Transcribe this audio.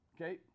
Okay